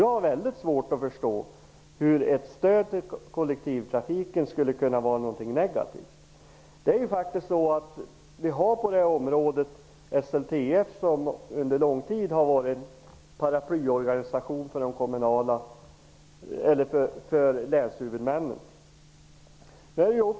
Jag har väldigt svårt att förstå hur ett stöd till kollektivtrafiken skulle kunna vara negativt. På det området har vi SLTF som under lång tid har varit paraplyorganisation för länshuvudmännen.